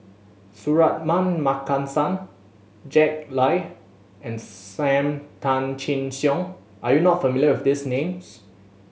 Suratman Markasan Jack Lai and Sam Tan Chin Siong are you not familiar with these names